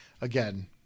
again